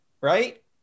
right